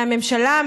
מהממשלה,